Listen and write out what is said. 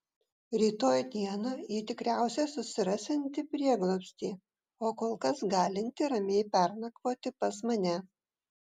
rytoj dieną ji tikriausiai susirasianti prieglobstį o kol kas galinti ramiai pernakvoti pas mane